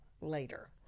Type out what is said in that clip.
later